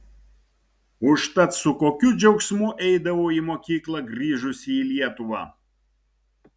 užtat su kokiu džiaugsmu eidavau į mokyklą grįžusi į lietuvą